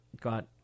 got